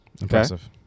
Impressive